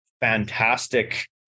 fantastic